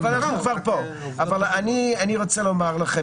בסופו של דבר אני תומך.